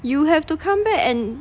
you have to come back and